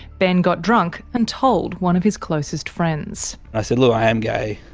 ben got drunk and told one of his closest friends. i said, look, i am gay.